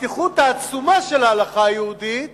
הפתיחות העצומה של ההלכה היהודית